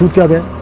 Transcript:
and get him